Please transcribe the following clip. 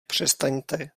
přestaňte